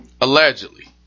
allegedly